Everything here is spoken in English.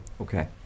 Okay